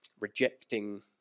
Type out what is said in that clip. rejecting